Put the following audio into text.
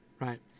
right